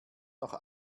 noch